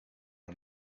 one